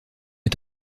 est